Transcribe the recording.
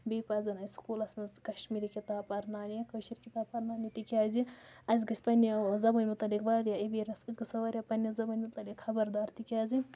بیٚیہِ پَزَن اَسہِ سکوٗلَس منٛز تہ کَشمیٖری کِتاب پَرناونہِ کٲشِر کِتاب پَرناونہِ تکیازِ اَسہِ گژھِ پنٛنہ زَبانہ متعلق واریاہ ایٚویرنیٚس أسۍ گژھو واریاہ پَننہِ زَبٲنہ متعلق خبردار تِکیازِ